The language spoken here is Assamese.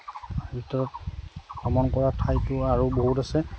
ক্ষেত্ৰত ভ্ৰমণ কৰা ঠাইতো আৰু বহুত আছে